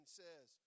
says